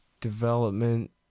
Development